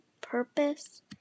purpose